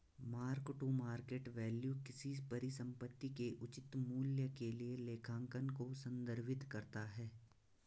mark to market value किसी परिसंपत्ति के उचित मूल्य के लिए लेखांकन को संदर्भित करता है